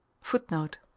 footnote